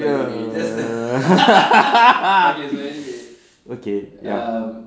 ya okay ya